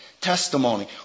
testimony